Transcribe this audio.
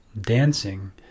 dancing